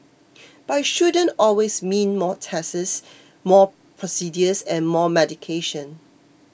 but it shouldn't always mean more tests more procedures and more medication